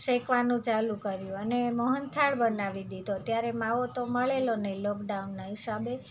શેકવાનું ચાલુ કર્યું અને મોહનથાળ બનાવી દીધો ત્યારે માવો તો મળેલો નહીં લોકડાઉનનાં હિસાબે